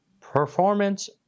performance